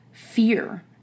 fear